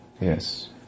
Yes